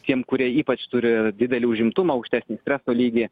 tiem kurie ypač turi didelį užimtumą aukštesnį streso lygį